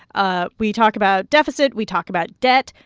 ah we talk about deficit. we talk about debt.